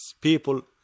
people